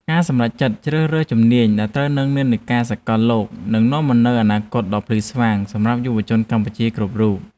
ការសម្រេចចិត្តជ្រើសរើសជំនាញដែលត្រូវនឹងនិន្នាការសកលលោកនឹងនាំមកនូវអនាគតដ៏ភ្លឺស្វាងសម្រាប់យុវជនកម្ពុជាគ្រប់រូប។